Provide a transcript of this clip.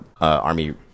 Army